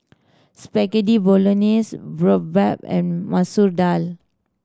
Spaghetti Bolognese Boribap and Masoor Dal